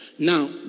Now